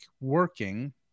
working